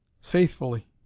Faithfully